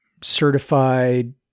certified